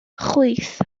chwith